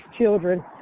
children